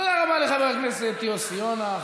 תודה רבה לחבר הכנסת יוסי יונה.